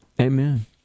Amen